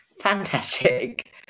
Fantastic